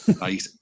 right